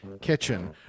kitchen